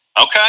okay